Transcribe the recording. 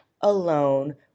alone